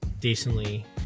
decently